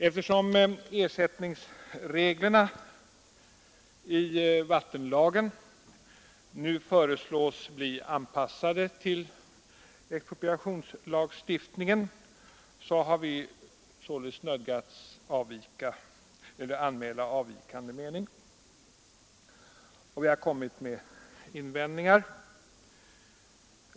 Eftersom ersättningsreglerna i vattenlagen nu föreslås bli anpassade till expropriationslagstiftningen har vi således nödgats anmäla avvikande mening. Vi har gjort invändningar.